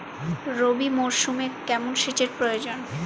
রবি মরশুমে কেমন সেচের প্রয়োজন?